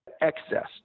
excess